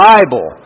Bible